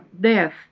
death